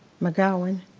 mcgowan.